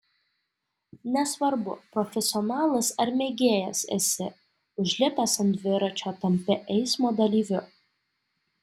nesvarbu profesionalas ar mėgėjas esi užlipęs ant dviračio tampi eismo dalyviu